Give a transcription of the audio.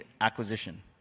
acquisition